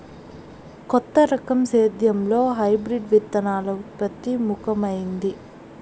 కొత్త రకం సేద్యంలో హైబ్రిడ్ విత్తనాల ఉత్పత్తి ముఖమైంది